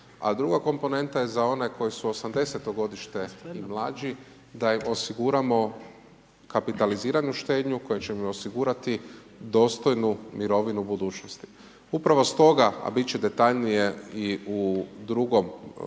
a druga komponenta je za one koji su '80. godište i mlađi da im osiguramo kapitaliziranu štednju koja će im osigurati dostojnu mirovinu budućnosti. Upravo stoga a bit će detaljnije i u drugom paketu